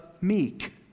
meek